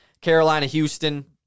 Carolina-Houston